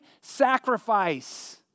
sacrifice